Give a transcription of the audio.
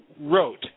wrote